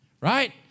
Right